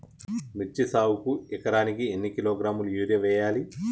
మిర్చి సాగుకు ఎకరానికి ఎన్ని కిలోగ్రాముల యూరియా వేయాలి?